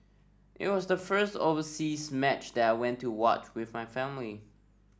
it was the first overseas match there I went to watch with my family